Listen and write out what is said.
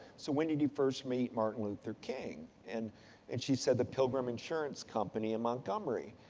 so when did you first meet martin luther king? and and she said the pilgrim insurance company in montgomery.